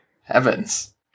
Heavens